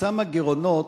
כתוצאה מהגירעונות,